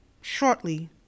shortly